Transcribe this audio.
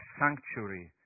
sanctuary